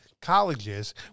colleges